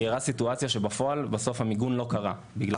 היא תיארה סיטואציה שבפועל בסוף המיגון לא קרה.